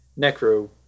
necro